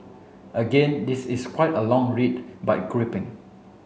again this is quite a long read but gripping